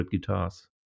guitars